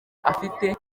afite